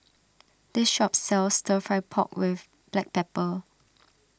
this shop sells Stir Fry Pork with Black Pepper